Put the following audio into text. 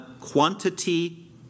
quantity